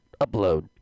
upload